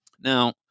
Now